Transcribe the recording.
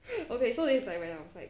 okay so it's like when I was like